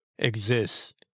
exists